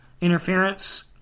interference